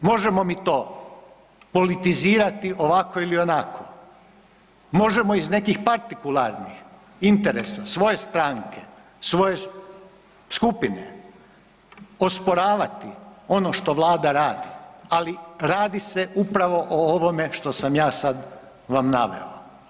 Možemo mi to politizirati ovako ili onako, možemo iz nekih partikularnih interesa svoje stranke, svoje skupine osporavati ono što Vlada radi, ali radi se upravo o ovome što sam ja sad vam naveo.